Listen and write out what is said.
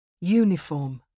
Uniform